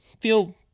feel